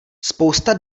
spousta